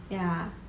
ya